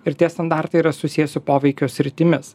ir tie standartai yra susiję su poveikio sritimis